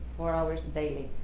four hours daily.